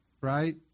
right